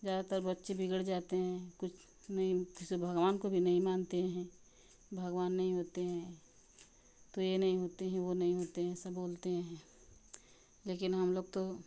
ज़्यादातर बच्चे बिगड़ जाते हैं कुछ नहीं जैसे भगवान को भी नहीं मानते हैं भगवान नहीं होते हैं तो यह नहीं होते हैं वह नहीं होते हैं यह सब बोलते हैं लेकिन हम लोग तो